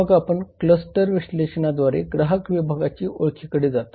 मग आपण क्लस्टर विश्लेषणाद्वारे ग्राहक विभागाच्या ओळखीकडे जातो